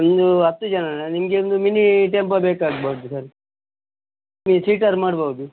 ಒಂದು ಹತ್ತು ಜನನ ನಿಮಗೆ ಒಂದು ಮಿನೀ ಟೆಂಪೊ ಬೇಕಾಗ್ಬೌದು ಸರ್ ನೀವು ಸೀಟರ್ ಮಾಡ್ಬೌದು